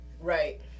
Right